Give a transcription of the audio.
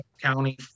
County